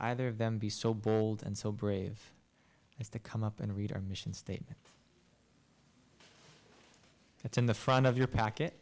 either of them be so bold and so brave as to come up and read our mission statement that's in the front of your packet